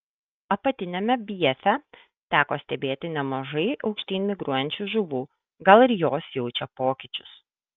apatiniame bjefe teko stebėti nemažai aukštyn migruojančių žuvų gal ir jos jaučia pokyčius